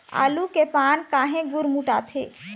आलू के पान काहे गुरमुटाथे?